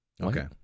okay